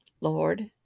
Lord